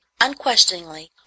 unquestioningly